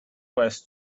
was